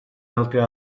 altre